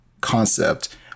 concept